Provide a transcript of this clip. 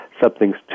something's